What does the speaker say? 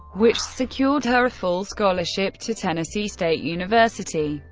which secured her a full scholarship to tennessee state university,